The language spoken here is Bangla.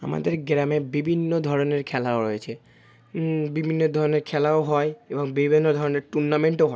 আমাদের গ্রামে বিভিন্ন ধরনের খেলাও রয়েছে বিভিন্ন ধরনের খেলাও হয় এবং বিভিন্ন ধরনের টুর্নামেন্টও হয়